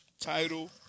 title